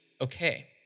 okay